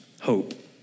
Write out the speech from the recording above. hope